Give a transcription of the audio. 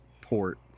port